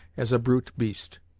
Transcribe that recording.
as a brute beast.